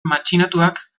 matxinatuak